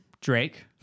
Drake